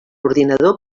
ordinador